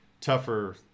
tougher